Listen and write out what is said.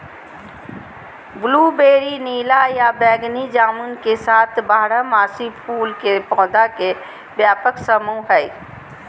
blueberry नीला या बैगनी जामुन के साथ बारहमासी फूल के पौधा के व्यापक समूह हई